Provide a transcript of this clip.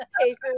take